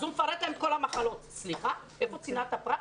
אז הוא מפרט להם את כל המחלות אבל איפה צנעת הפרט?